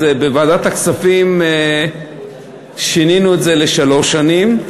בוועדת הכספים שינינו את זה לשלוש שנים.